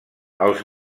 els